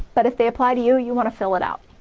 but if they apply to you, you wanna fill it out.